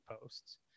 posts